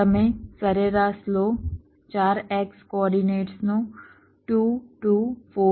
તમે સરેરાશ લો 4 x કોઓર્ડિનેટ્સનો 2 2 4 4